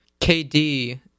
KD